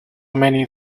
many